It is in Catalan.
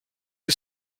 que